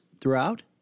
throughout